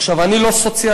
עכשיו, אני לא סוציאליסט,